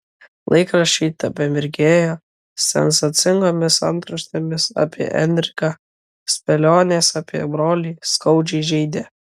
laikraščiai tebemirgėjo sensacingomis antraštėmis apie enriką spėlionės apie brolį skaudžiai žeidė